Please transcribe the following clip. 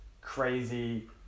crazy